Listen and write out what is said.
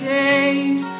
days